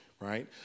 right